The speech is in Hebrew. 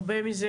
הרבה מזה,